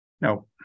No